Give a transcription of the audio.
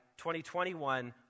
2021